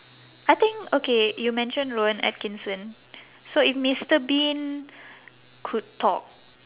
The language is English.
I think okay you mentioned rowan atkinson so if mister bean could talk